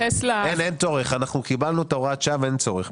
אין צורך, אנחנו קיבלנו את הוראת השעה ואין צורך.